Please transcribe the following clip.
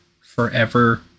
forever